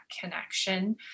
connection